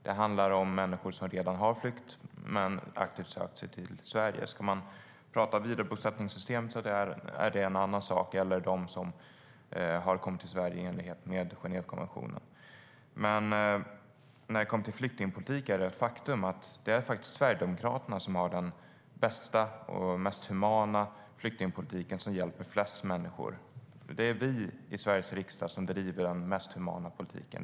Det gäller människor som redan har flytt och aktivt sökt sig till Sverige. Vidarebosättningssystem eller de som har kommit till Sverige i enlighet med Genèvekonventionen är en annan sak. Sverigedemokraterna har de facto den bästa och mest humana flyktingpolitiken som hjälper flest människor. Det är vi i Sveriges riksdag som driver den mest humana politiken.